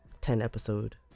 ten-episode